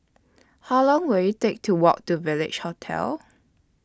How Long Will IT Take to Walk to Village Hotel